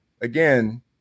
again –